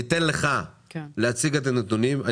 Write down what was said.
ניתן לך להציג את הנתונים.